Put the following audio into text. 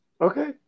Okay